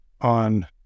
on